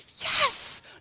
Yes